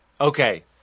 Okay